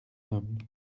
homme